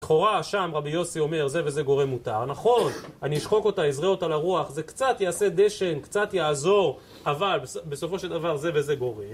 לכאורה, שם רבי יוסי אומר זה וזה גורם מותר, נכון אני אשחוק אותה, אזרע אותה לרוח, זה קצת יעשה דשן, קצת יעזור אבל בסופו של דבר זה וזה גורם